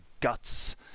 guts